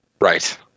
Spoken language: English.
Right